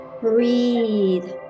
breathe